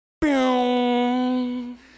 Boom